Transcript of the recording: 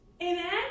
Amen